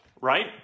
right